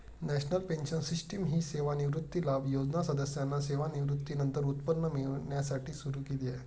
national pension system ही सेवानिवृत्ती लाभ योजना सदस्यांना सेवानिवृत्तीनंतर उत्पन्न मिळण्यासाठी सुरू केली आहे